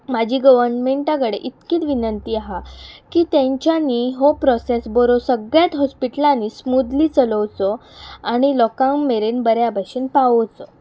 म्हाजी गवर्मेंटा कडेन इतकीत विनंती आहा की तेंच्यानी हो प्रॉसॅस बरो सगळ्यांत हॉस्पिटलांनी स्मूदली चलोवचो आनी लोकांक मेरेन बऱ्या भशेन पावोचो